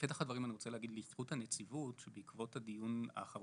בפתח הדברים אני רוצה להגיד לזכות הנציבות שבעקבות הדיון האחרון